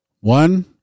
One